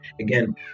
again